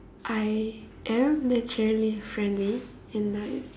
I am naturally friendly and nice